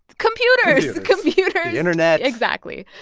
computers computers. the internet exactly.